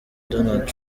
donald